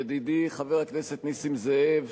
ידידי חבר הכנסת נסים זאב,